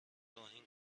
توهین